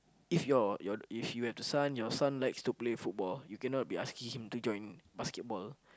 if your you if you have a son your son likes to play football you cannot be asking him to join basketball